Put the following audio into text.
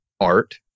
art